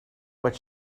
what